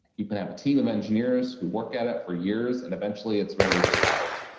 you can have a team of engineers who work at it for years and eventually it's really solved.